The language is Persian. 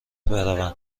بروند